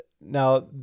Now